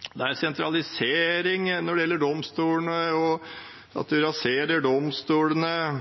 det er sentralisering når det gjelder domstolene, og at en raserer domstolene.